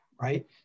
right